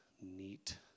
neat